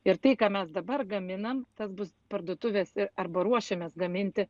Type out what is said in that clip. ir tai ką mes dabar gaminam tas bus parduotuvėse arba ruošiamės gaminti